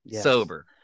sober